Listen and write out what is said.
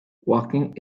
walking